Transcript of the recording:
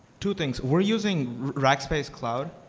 two things. we're using rackspace cloud,